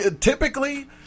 typically